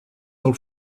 del